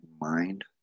mind